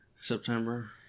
September